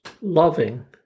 loving